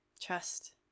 trust